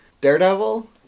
Daredevil